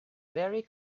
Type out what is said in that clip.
very